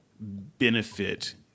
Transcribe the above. benefit